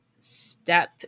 step